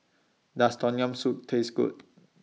Does Tom Yam Soup Taste Good